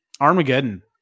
Armageddon